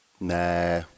Nah